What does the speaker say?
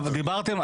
דיברתם,